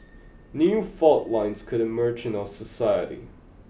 new fault lines could emerge in our society